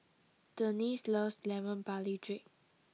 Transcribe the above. Denisse loves Lemon Barley Drink